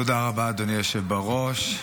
תודה רבה, אדוני היושב בראש.